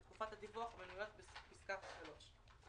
לתקופות הדיווח המנויות בפסקה (3)